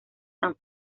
san